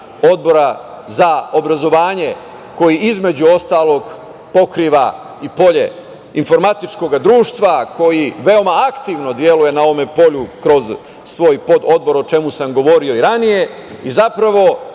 Odbora za obrazovanje koji, između ostalog, pokriva i polje informatičkog društva koji veoma aktivno deluje na ovom polju kroz svoj pododbor, o čemu sam govorio i ranije. Zapravo,